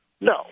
No